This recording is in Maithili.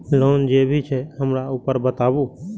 लोन जे भी छे हमरा ऊपर बताबू?